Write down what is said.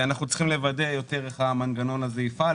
אנחנו צריכים לוודא יותר איך המנגנון הזה יפעל,